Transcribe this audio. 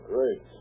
Great